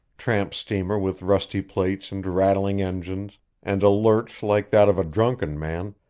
tramp steamer with rusty plates and rattling engines and a lurch like that of a drunken man,